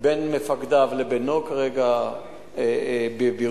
בין מפקדיו לבינו כרגע בבירור.